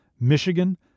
Michigan